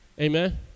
Amen